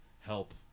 help